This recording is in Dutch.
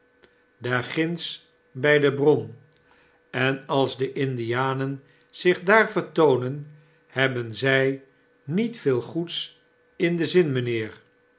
ginds by de bron en als de indianen zich daar vertoonen hebben zii niet veel goeds in den zin mynheer